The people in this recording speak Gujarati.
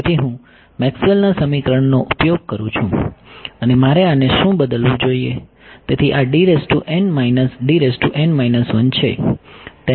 તેથી હું મેક્સવેલના સમીકરણનો ઉપયોગ કરું છું અને મારે આને શું બદલવું જોઈએ